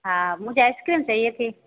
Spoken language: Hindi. हाँ मुझे आइसक्रीम चाहिए थी